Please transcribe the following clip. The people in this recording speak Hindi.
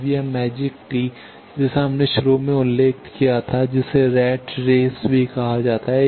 अब यह मैजिक टी जिसे हमने शुरू में उल्लेख किया था जिसे रैट रेस भी कहा जाता है